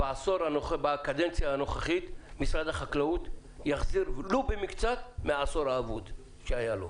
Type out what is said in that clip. שבקדנציה הנוכחית משרד החקלאות יחזיר ולו במקצת מהעשור האבוד שהיה לו.